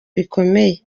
bikomeye